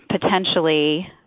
potentially